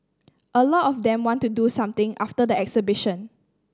a lot of them want to do something after the exhibition